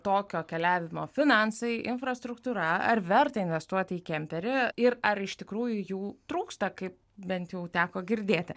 tokio keliavimo finansai infrastruktūra ar verta investuoti į kemperį ir ar iš tikrųjų jų trūksta kaip bent jau teko girdėti